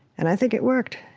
and i think it worked.